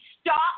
stop